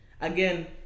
Again